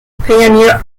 pioneer